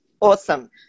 Awesome